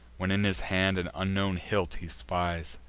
when in his hand an unknown hilt he spies.